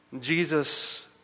Jesus